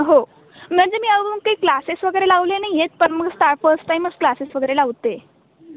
हो म्हणजे मी अजून काही क्लासेस वगैरे लावले नाही आहेत पण मग स्टा फर्स्ट टाईमच क्लासेस वगैरे लावते